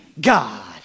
God